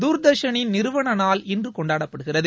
தூர்தர்ஷனின் நிறுவன நாள் இன்று கொண்டாடப்படுகிறது